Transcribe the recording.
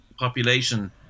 Population